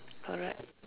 correct